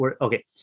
okay